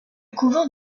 couvent